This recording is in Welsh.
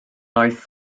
aeth